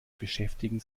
beschäftigen